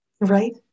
Right